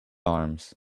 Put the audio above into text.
arms